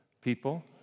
people